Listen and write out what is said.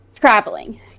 traveling